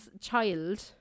child